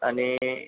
आणि